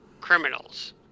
criminals